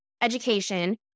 education